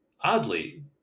oddly